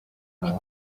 los